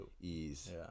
ease